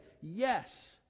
Yes